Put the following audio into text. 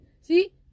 See